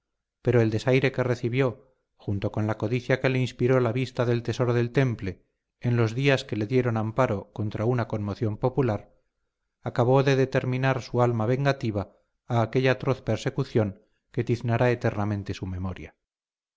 pero el desaire que recibió junto con la codicia que le inspiró la vista del tesoro del temple en los días que le dieron amparo contra una conmoción popular acabó de determinar su alma vengativa a aquella atroz persecución que tiznará eternamente su memoria